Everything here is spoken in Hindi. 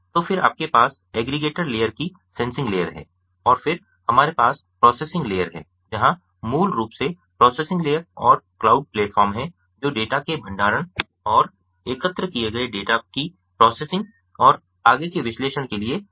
तो फिर आपके पास एग्रीगेटर लेयर की सेंसिंग लेयर है और फिर हमारे पास प्रोसेसिंग लेयर है जहाँ मूल रूप से प्रोसेसिंग लेयर और क्लाउड प्लेटफ़ॉर्म है जो डेटा के भंडारण और एकत्र किए गए डेटा की प्रोसेसिंग और आगे के विश्लेषण के लिए जिम्मेदार हैं